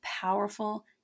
powerful